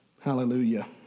Hallelujah